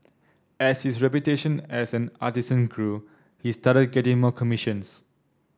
as his reputation as an artisan grew he started getting more commissions